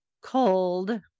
cold